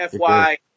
FY